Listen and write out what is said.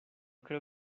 creo